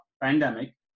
pandemic